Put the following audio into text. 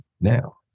now